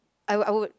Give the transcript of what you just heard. I would I would